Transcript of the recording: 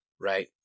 Right